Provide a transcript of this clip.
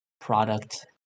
product